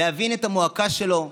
להבין את המועקה שלו,